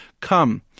come